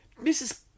Mrs